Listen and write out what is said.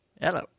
Hello